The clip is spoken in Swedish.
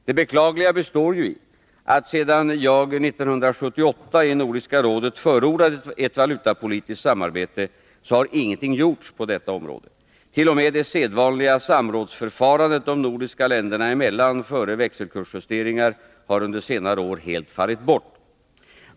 Det beklagliga består ju i, att sedan jag 1978 i Nordiska rådet förordade ett valutapolitiskt samarbete, har ingenting gjorts på detta område. T. o. m. det sedvanliga samrådsförfarandet de nordiska länderna emellan före växelkurs justeringar har under senare år helt fallit bort.